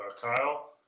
Kyle